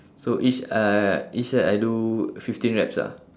so each uh each set I do fifteen reps ah